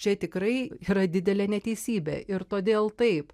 čia tikrai yra didelė neteisybė ir todėl taip